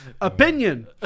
Opinion